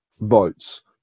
votes